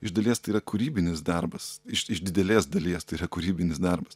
iš dalies tai yra kūrybinis darbas iš iš didelės dalies tai yra kūrybinis darbas